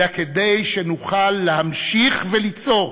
אלא כדי שנוכל להמשיך וליצור.